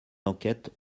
d’enquête